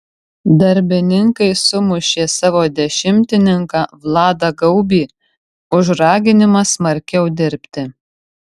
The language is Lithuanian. darbininkai sumušė savo dešimtininką vladą gaubį už raginimą smarkiau dirbti